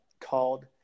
called